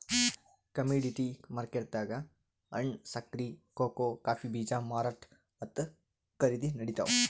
commodity ಮಾರ್ಕೆಟ್ದಾಗ್ ಹಣ್ಣ್, ಸಕ್ಕರಿ, ಕೋಕೋ ಕಾಫೀ ಬೀಜ ಮಾರಾಟ್ ಮತ್ತ್ ಖರೀದಿ ನಡಿತಾವ್